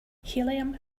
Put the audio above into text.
helium